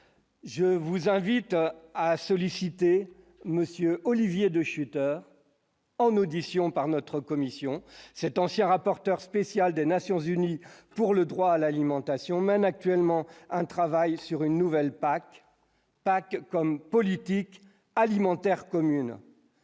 Je vous invite à solliciter monsieur Olivier De Schutter. En audition par notre commission cet ancien rapporteur spécial des Nations unies pour le droit à l'alimentation mène actuellement un travail sur une nouvelle PAC PAC comme Politique alimentaire commune.